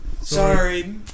Sorry